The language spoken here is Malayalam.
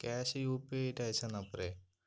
ക്യാഷ് യു പി ഐയിട്ട് അയച്ച് തന്നാൽ പോരെ